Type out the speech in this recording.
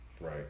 Right